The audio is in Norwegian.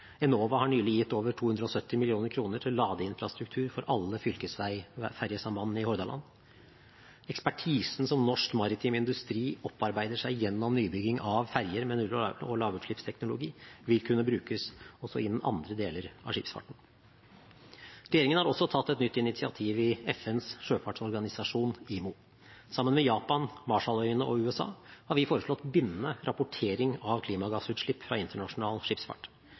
Enova har nylig gitt over 270 mill. kr til ladeinfrastruktur for alle fylkesveifergesambandene i Hordaland. Ekspertisen norsk maritim industri opparbeider seg gjennom nybygging av ferger med null- og lavutslippsteknologi, vil kunne brukes også innen andre deler av skipsfarten. Regjeringen har også tatt et nytt initiativ i FNs sjøfartsorganisasjon, IMO. Sammen med Japan, Marshalløyene og USA har vi foreslått bindende rapportering av klimagassutslipp fra internasjonal skipsfart.